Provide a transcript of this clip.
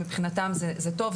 מבחינתם זה טוב,